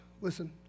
Listen